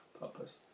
purpose